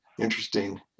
interesting